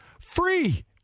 free